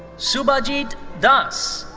subhajit das.